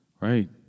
Right